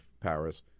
Paris